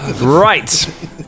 Right